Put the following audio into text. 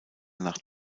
nach